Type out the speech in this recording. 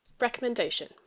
Recommendation